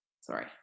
Sorry